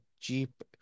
jeep